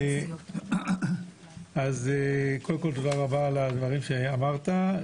תודה רבה על הדברים שאמרת.